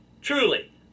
Truly